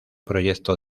proyecto